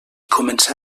començà